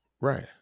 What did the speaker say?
Right